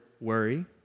worry